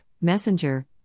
Messenger